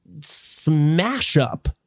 smash-up